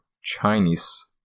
Chinese